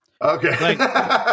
Okay